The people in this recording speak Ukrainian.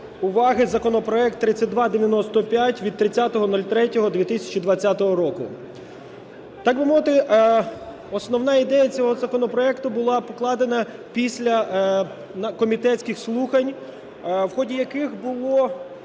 законопроект 3295 від 30.03.2020 року. Так би мовити, основна ідея цього законопроекту була покладена після комітетських слухань, в ході яких було